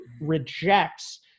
rejects